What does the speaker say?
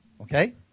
Okay